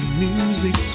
music